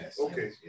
okay